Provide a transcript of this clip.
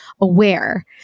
aware